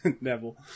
Neville